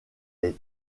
les